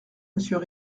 monsieur